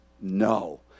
no